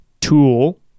Tool